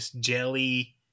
Jelly